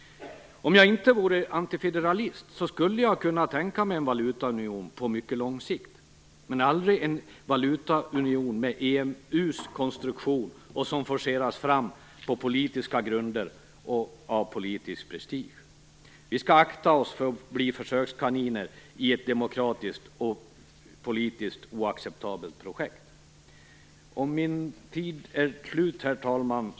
Om jag inte vore antifederalist skulle jag kunna tänka mig en valutaunion på mycket lång sikt, men aldrig en valutaunion med EMU:s konstruktion, som forceras fram på politiska grunder och av politisk prestige. Vi skall akta oss för att bli försökskaniner i ett demokratiskt och politiskt oacceptabelt projekt. Min taletid är nu slut, herr talman.